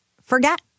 forget